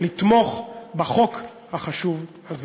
לתמוך בחוק החשוב הזה.